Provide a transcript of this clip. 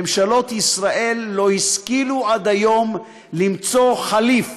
ממשלות ישראל לא השכילו עד היום למצוא תחליף